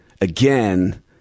again